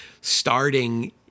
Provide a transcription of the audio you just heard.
starting